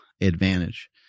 advantage